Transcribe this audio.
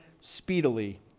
speedily